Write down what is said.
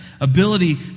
ability